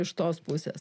iš tos pusės